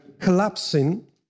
collapsing